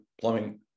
plumbing